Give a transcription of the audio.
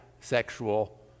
sexual